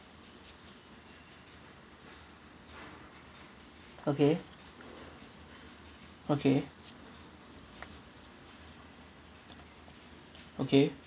okay okay okay